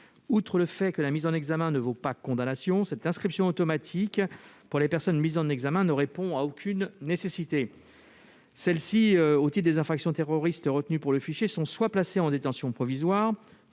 Outre le fait que la mise en examen ne vaut pas condamnation, cette inscription automatique au Fijait pour les personnes mises en examen ne répond à aucune nécessité. Les personnes mises en examen au titre des infractions terroristes retenues pour le fichier soit sont placées en détention provisoire,